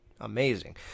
amazing